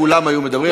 כולם היו מדברים,